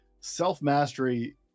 self-mastery